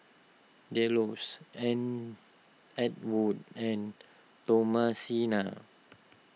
Delos An Antwon and Thomasina